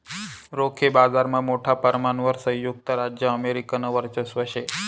रोखे बाजारमा मोठा परमाणवर संयुक्त राज्य अमेरिकानं वर्चस्व शे